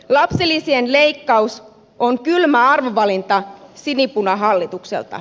lapsilisien leikkaus on kylmä arvovalinta sinipunahallitukselta